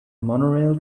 monorail